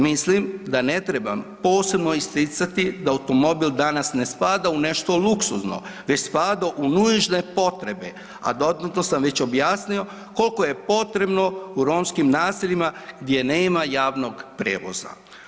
Mislim da ne trebam posebno isticati da automobil danas ne spada u nešto luksuznu već spada u nužne potrebe, a dodatno sam već objasnio koliko je potrebno u romskim naseljima gdje nema javnog prijevoza.